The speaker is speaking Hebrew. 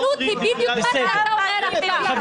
גזענות זה בדיוק מה שאתה אומר עכשיו.